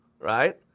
right